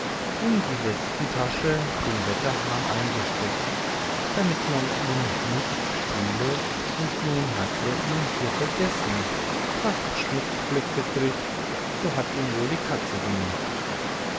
in die westentasche den wetterhahn eingesteckt damit man ihn nicht stehle und nun hat er ihn hier vergessen was den schmutzfleck betrifft so hat ihn wohl die katze gemacht